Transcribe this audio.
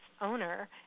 owner